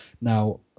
Now